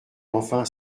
enfin